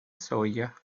sawyer